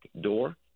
door